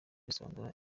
risobanura